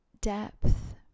depth